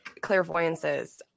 clairvoyances